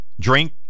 drink